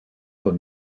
con